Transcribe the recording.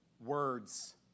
words